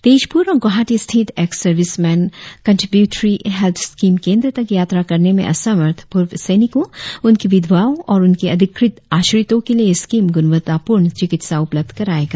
तेजपूर और गोहाटी स्थित ex serviceman contributory health scheme केंद्र तक यात्रा करने में असमर्थ पूर्व सैनिको उनके विधवाओं और उनके अधिकृत आश्रितो के लिए यह स्कीम गुणवत्तापूर्ण चिकित्सा उपलब्ध करायेगा